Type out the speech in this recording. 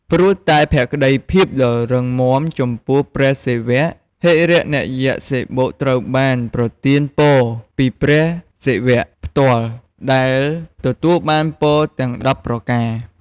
ព្រោះតែភក្តីភាពដ៏រឹងមាំចំពោះព្រះសិវៈ ហិរណយក្សសិបុត្រូវបានប្រទានពរពីព្រះសិវៈផ្ទាល់ដែលទទួលបានពរទាំង១០ប្រការ។